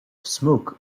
smoke